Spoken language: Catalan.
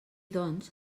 doncs